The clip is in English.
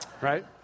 right